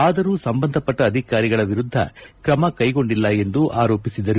ಆದರೂ ಸಂಬಂಧಪಟ್ಟ ಅಧಿಕಾರಿಗಳ ವಿರುದ್ದ ಕ್ರಮ ಕೈಗೊಂಡಿಲ್ಲ ಎಂದು ಆರೋಪಿಸಿದರು